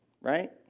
right